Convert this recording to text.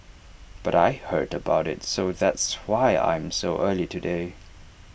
but I heard about IT so that's why I'm so early today